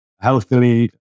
healthily